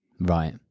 right